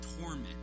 torment